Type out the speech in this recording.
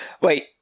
Wait